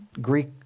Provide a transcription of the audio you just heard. Greek